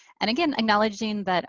and again acknowledging that